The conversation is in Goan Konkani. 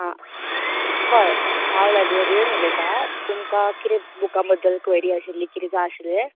आ हय हांव लायब्रेरीयन उलयतां तुमकां कितें बुकां बद्दल क्वेरी आसली कितें जाय आशिल्लें